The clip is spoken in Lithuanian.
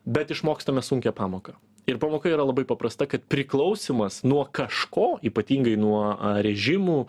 bet išmokstame sunkią pamoką ir pamoka yra labai paprasta kad priklausymas nuo kažko ypatingai nuo režimų